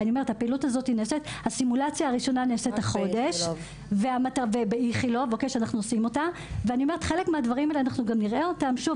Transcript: הסימולציה הראשונה נעשית החודש באיכילוב וחלק מהדברים נראה בהמשך,